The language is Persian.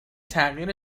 تغییر